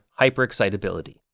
hyperexcitability